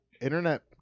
Internet